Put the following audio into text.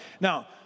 Now